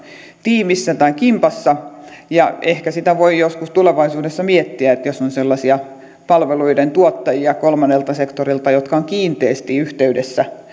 tiimissä tai kimpassa ja ehkä sitä voi joskus tulevaisuudessa miettiä jos on sellaisia palveluiden tuottajia kolmannelta sektorilta jotka ovat kiinteästi yhteydessä